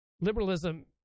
liberalism